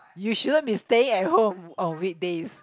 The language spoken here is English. you shouldn't be staying at home on weekdays